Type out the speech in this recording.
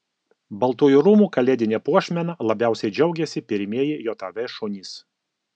baltųjų rūmų kalėdine puošmena labiausiai džiaugiasi pirmieji jav šunys